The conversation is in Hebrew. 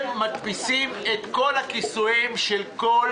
הם מדפיסים את כל הכיסויים של כל